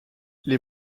les